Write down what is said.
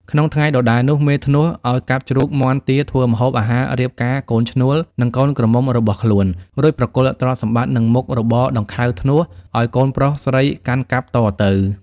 ក្នុងថ្ងៃដដែលនោះ មេធ្នស់ឲ្យកាប់ជ្រូក មាន់ ទា ធ្វើម្ហូបអាហាររៀបការកូនឈ្នួល និងកូនក្រមុំរបស់ខ្លួន រួចប្រគល់ទ្រព្យសម្បត្តិ និងមុខរបរដង្ខៅធ្នស់ ឲ្យកូនប្រុស-ស្រីកាន់កាប់តទៅ។